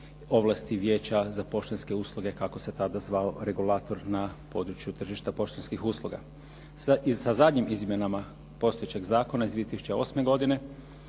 ovlasti Vijeća za poštanske usluge kako se tada zvao regulator na području tržišta poštanskih usluga. Sa zadnjim izmjenama postojećeg zakona iz 2008. godine